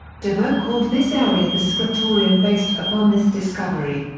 de vaux called this area the scriptorium based upon this discovery.